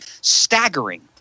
staggering